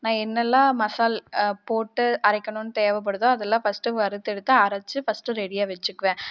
நான் என்னெல்லாம் மசால் போட்டு அரைக்கணும் தேவைப்படுதோ அதெல்லாம் ஃபர்ஸ்டு வறுத்து எடுத்து அரைச்சுப் ஃபர்ஸ்டு ரெடியாக வச்சிக்குவேன்